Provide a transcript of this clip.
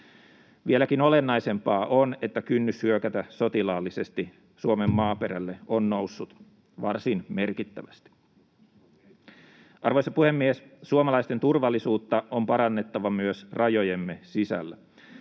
Vieläkin olennaisempaa on, että kynnys hyökätä sotilaallisesti Suomen maaperälle on noussut varsin merkittävästi. Arvoisa puhemies! Suomalaisten turvallisuutta on parannettava myös rajojemme sisällä.